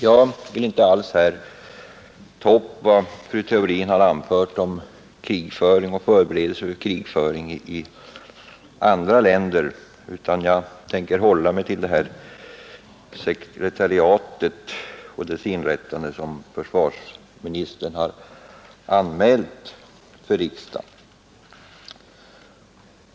Jag vill här inte bemöta något av vad fru Theorin anfört sekretariat för om krigföring och förberedelse för krigföring i andra länder, utan jag säkerhetspolitik ämnar hålla mig till den anmälan om inrättandet av ett sekretariat som och långsiktsförsvarsministern har velat göra för riksdagen.